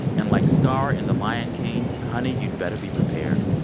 and like scar in the lion king, honey, you'd better be prepared.